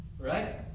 Right